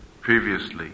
previously